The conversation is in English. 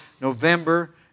November